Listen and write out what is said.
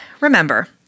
remember